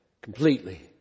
completely